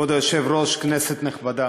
כבוד היושב-ראש, כנסת נכבדה,